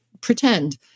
pretend